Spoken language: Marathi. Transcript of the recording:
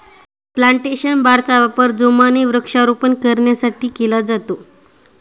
प्लांटेशन बारचा वापर जोमाने वृक्षारोपण करण्यासाठी केला जातो